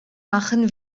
machen